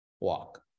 walk